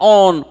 on